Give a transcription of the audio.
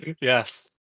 Yes